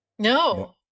no